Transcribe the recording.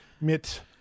mit